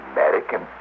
American